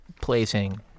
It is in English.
placing